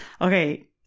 Okay